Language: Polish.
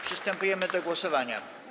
Przystępujemy do głosowania.